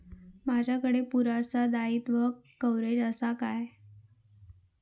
माजाकडे पुरासा दाईत्वा कव्हारेज असा काय?